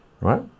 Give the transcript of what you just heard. Right